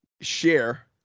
share